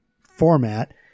format